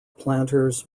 planters